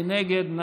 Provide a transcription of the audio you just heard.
מי נגד?